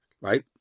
right